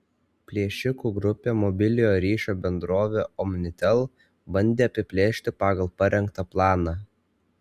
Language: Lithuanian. plėšikų grupė mobiliojo ryšio bendrovę omnitel bandė apiplėšti pagal parengtą planą